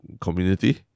community